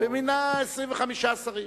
ומינה 25 שרים.